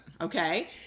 okay